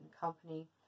company